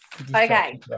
Okay